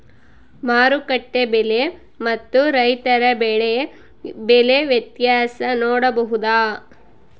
ಮಾರುಕಟ್ಟೆ ಬೆಲೆ ಮತ್ತು ರೈತರ ಬೆಳೆ ಬೆಲೆ ವ್ಯತ್ಯಾಸ ನೋಡಬಹುದಾ?